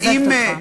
מחזקת אותך.